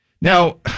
Now